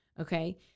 okay